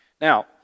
Now